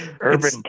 Urban